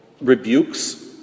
rebukes